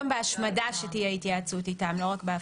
נבדוק.